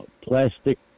plastic